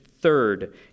Third